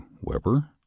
Weber